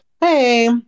Hey